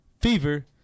fever